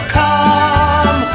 come